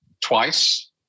twice